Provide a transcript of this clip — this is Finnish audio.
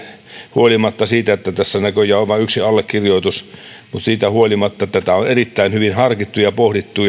huolimatta siitä että tässä näköjään on vain yksi allekirjoitus siitä huolimatta tätä on erittäin hyvin harkittu ja pohdittu